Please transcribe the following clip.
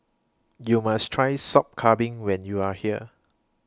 YOU must Try Sop Kambing when YOU Are here